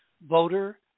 voter